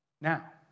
Now